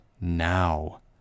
now